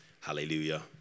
Hallelujah